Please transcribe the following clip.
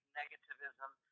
negativism